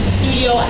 studio